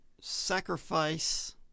sacrifice